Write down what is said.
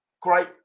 great